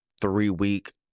three-week